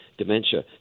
Dementia